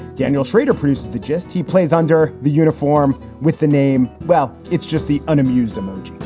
daniel shrader produced the gist. he plays under the uniform with the name. well, it's just the unamused emoji.